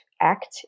act